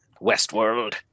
Westworld